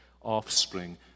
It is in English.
offspring